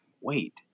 wait